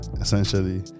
essentially